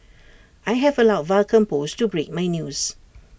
I have allowed Vulcan post to break my news